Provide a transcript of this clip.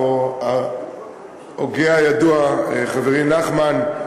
ההוגה הידוע חברי נחמן,